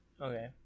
Okay